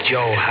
Joe